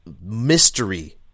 mystery